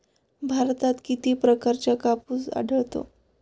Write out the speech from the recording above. भारतात किती प्रकारचा कापूस आढळतो?